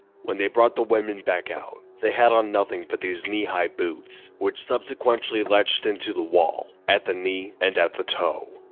when they brought the women back out, they had on nothing but these knee-high boots, which subsequently latched into the wall at the knee and at the toe,